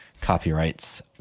Copyrights